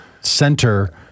center